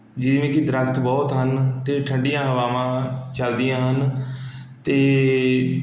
ਜਿਵੇਂ ਕਿ ਦਰੱਖਤ ਬਹੁਤ ਹਨ ਅਤੇ ਠੰਡੀਆਂ ਹਵਾਵਾਂ ਚਲਦੀਆਂ ਹਨ ਅਤੇ